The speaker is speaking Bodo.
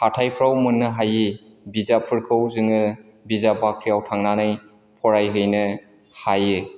हाथायफ्राव मोननो हायै बिजाबफोरखौ जोङो बिजाब बाख्रियाव थांनानै फरायहैनो हायो